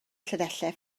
llinellau